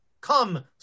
Come